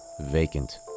vacant